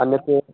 अन्यत्